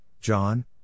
John